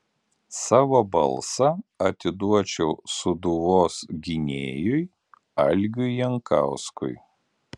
savo balsą atiduočiau sūduvos gynėjui algiui jankauskui